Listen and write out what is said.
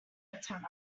attempt